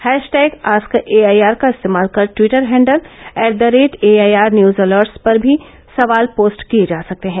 hashtag ask A I R का इस्तेमाल कर Twitter handle at the rate A I R news alerts पर भी सवाल पोस्ट किये जा सकते हैं